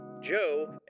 Joe